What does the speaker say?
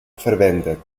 verwendet